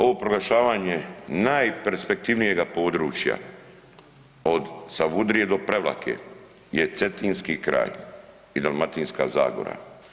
Ovo proglašavanje najperspektivnijega područja od Savudrije do Prevlake je cetinski kraj i Dalmatinska zagora.